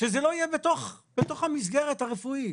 שזה לא יהיה בתוך המסגרת הרפואית.